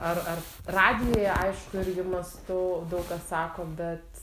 ar ar radijuje aišku irgi mąstau daug kas sako bet